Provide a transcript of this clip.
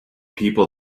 people